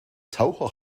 taucher